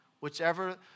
whichever